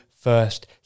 first